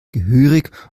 gehörig